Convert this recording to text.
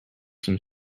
some